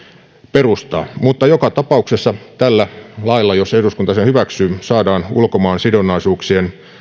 perustaa mutta joka tapauksessa tällä lailla jos eduskunta sen hyväksyy saadaan ulkomaansidonnaisuuksien